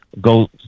go